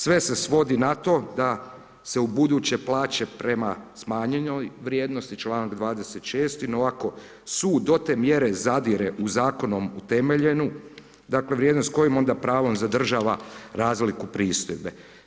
Sve se svodi na to da se ubuduće plaća prema smanjenoj vrijednosti, članak 26., ovako sud do te mjere zadire u zakonom utemeljenu vrijednost kojim onda pravom zadržava razliku pristojbe.